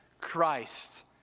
Christ